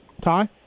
Ty